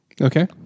Okay